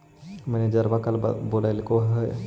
मैनेजरवा कल बोलैलके है?